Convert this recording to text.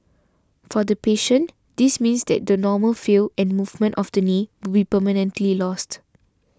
for the patient this means that the normal feel and movement of the knee will permanently lost